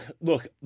Look